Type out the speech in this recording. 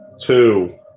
two